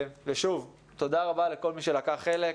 שוב, תודה רבה לכל מי שלקח חלק.